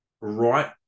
right